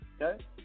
Okay